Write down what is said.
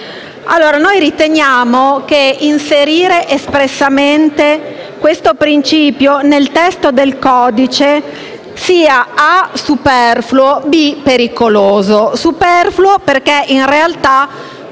e l'attività. Riteniamo che inserire espressamente questo principio nel testo del codice sia superfluo oltre che pericoloso. Superfluo perché, in realtà,